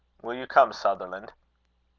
will you come, sutherland?